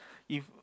if